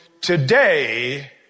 Today